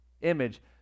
image